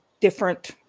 different